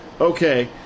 Okay